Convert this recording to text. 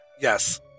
Yes